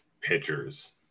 pitchers